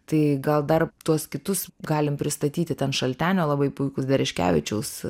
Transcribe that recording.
tai gal dar tuos kitus galim pristatyti ten šaltenio labai puikūs dereškevičiaus